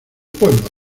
pueblo